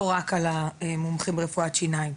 ולא רק על מומחים ברפואת שיניים.